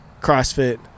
CrossFit